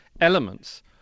elements